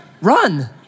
run